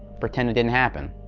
pretend it didn't happen.